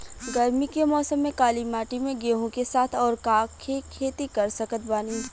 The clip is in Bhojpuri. गरमी के मौसम में काली माटी में गेहूँ के साथ और का के खेती कर सकत बानी?